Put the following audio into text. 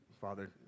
Father